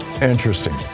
Interesting